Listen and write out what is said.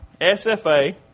SFA